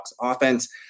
offense